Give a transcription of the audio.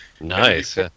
nice